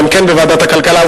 גם כן בוועדת הכלכלה.